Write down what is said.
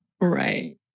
Right